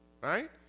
right